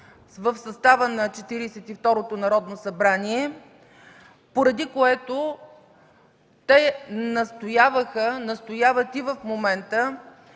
и второто Народно събрание, поради което те настояваха, настояват и в момента,